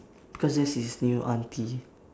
because this is new auntie